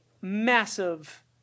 massive